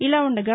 ఇలా ఉండగా